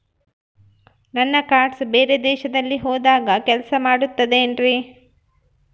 ನನ್ನ ಕಾರ್ಡ್ಸ್ ಬೇರೆ ದೇಶದಲ್ಲಿ ಹೋದಾಗ ಕೆಲಸ ಮಾಡುತ್ತದೆ ಏನ್ರಿ?